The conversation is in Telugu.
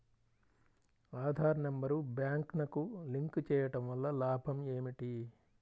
ఆధార్ నెంబర్ బ్యాంక్నకు లింక్ చేయుటవల్ల లాభం ఏమిటి?